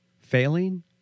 Failing